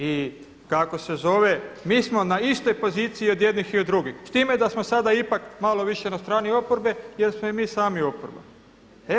I kako se zove, mi smo na istoj poziciji od jednih i od drugih s time da smo sada ipak malo više na strani oporbe jer smo i mi sami oporba.